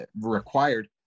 required